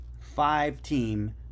five-team